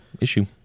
issue